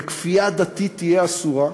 וכפייה דתית תהיה אסורה.